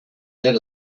that